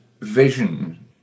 vision